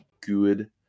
good